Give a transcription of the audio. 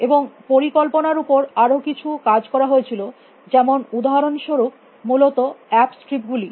এবং পরিকল্পনার উপর আরো কিছু কাজ করা হয়েছিল যেমন উদাহরণস্বরূপ মূলত অ্যাপ স্ট্রিপ গুলি